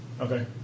Okay